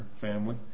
family